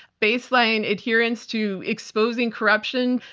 baseline adherence to exposing corruption,